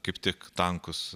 kaip tik tankus